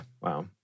Wow